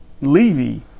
Levy